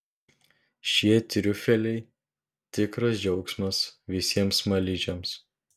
šie triufeliai tikras džiaugsmas visiems smaližiams